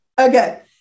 Okay